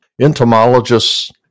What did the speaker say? Entomologists